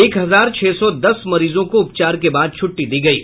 एक हजार छह सौ दस मरीजों को उपचार के बाद छूट्टी दी गयी